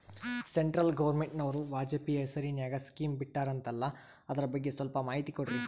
Central ಗವರ್ನಮೆಂಟನವರು ವಾಜಪೇಯಿ ಹೇಸಿರಿನಾಗ್ಯಾ scheme ಬಿಟ್ಟಾರಂತಲ್ಲ ಅದರ ಬಗ್ಗೆ ಸ್ವಲ್ಪ ಮಾಹಿತಿ ಕೊಡ್ರಿ?